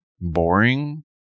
boring